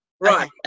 Right